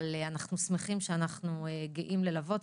אבל אנחנו שמחים שאנחנו גאים ללוות,